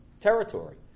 territory